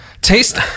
taste